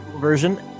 Version